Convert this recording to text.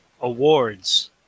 awards